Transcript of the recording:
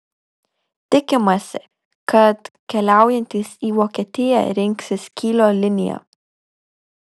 tikimasi kad keliaujantys į vokietiją rinksis kylio liniją